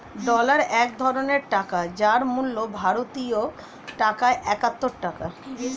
dollar এক ধরনের টাকা যার মূল্য ভারতীয় টাকায় একাত্তর টাকা